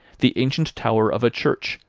the ancient tower of a church,